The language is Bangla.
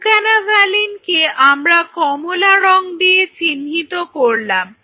Concanavaline কে আমরা কমলা রং দিয়ে চিহ্নিত করলাম